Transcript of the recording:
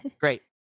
Great